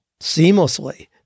seamlessly